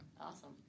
Awesome